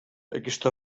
aquesta